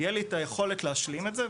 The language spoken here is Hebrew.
תהיה לי את היכולת להשלים את זה?